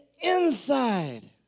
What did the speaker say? inside